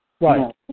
Right